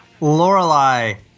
Lorelai